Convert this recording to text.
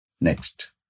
Next